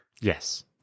Yes